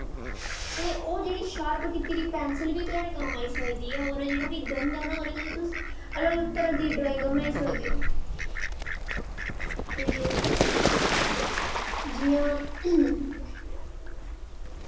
ते ओह् जेह्की शीर्प कीती दी पैंसल बी कम्म आई सकदी ऐ ओह्दा जेह्ड़ा गंद ऐ ना ओह्दे कन्नै तुस अलग अलग तरां दी ड्राईंगां बनाई सकदे ओ ते जियां